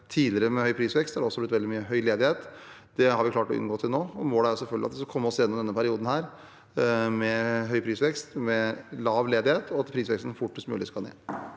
det med høy prisvekst tidligere også har blitt veldig høy ledighet. Det har vi klart å unngå til nå. Målet er selvfølgelig at vi skal komme oss gjennom denne perioden med høy prisvekst, ha lav ledighet, og at prisveksten fortest mulig skal ned.